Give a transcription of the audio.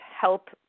Help